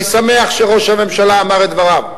אני שמח שראש הממשלה אמר את דבריו,